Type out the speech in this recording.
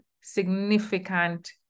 significant